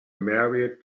married